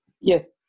Yes